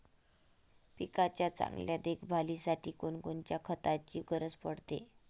पिकाच्या चांगल्या देखभालीसाठी कोनकोनच्या खताची गरज पडते?